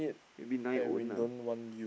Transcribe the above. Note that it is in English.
you mean nine own ah